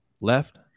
left